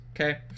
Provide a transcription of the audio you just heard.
okay